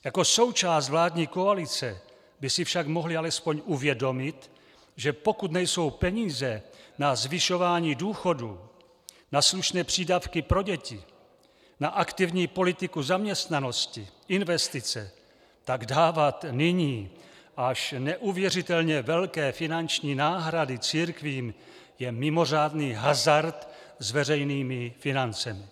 Jako součást vládní koalice by si však mohli alespoň uvědomit, že pokud nejsou peníze na zvyšování důchodů, na slušné přídavky pro děti, na aktivní politiku zaměstnanosti, investice, tak dávat nyní až neuvěřitelně velké finanční náhrady církvím je mimořádný hazard s veřejnými financemi!